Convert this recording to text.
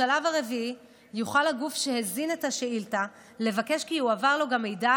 בשלב הרביעי יוכל לגוף שהזין את השאילתה לבקש כי יועבר לו גם מידע